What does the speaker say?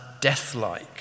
death-like